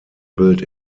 built